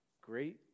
Great